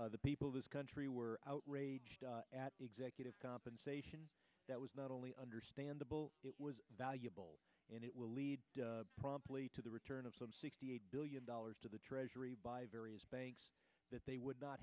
the people of this country were outraged at executive compensation that was not only understandable it was valuable and it will lead promptly to the return of some sixty eight billion dollars to the treasury by various banks that they would not